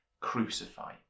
crucify